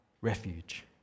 refuge